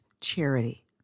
charity